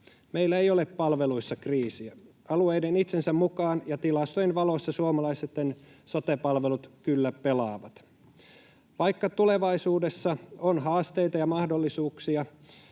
Meillä ei ole palveluissa kriisiä. Alueiden itsensä mukaan ja tilastojen valossa suomalaisten sote-palvelut kyllä pelaavat. Vaikka tulevaisuudessa on haasteita, mahdollisuuksia